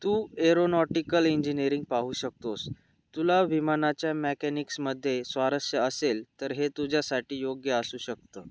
तू aeronautical engineering पाहू शकतोस तुला विमानाच्या मॅकॅनिक्समध्ये स्वारस्य असेल तर हे तुझ्यासाठी योग्य असू शकतं